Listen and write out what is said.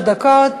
שלוש דקות.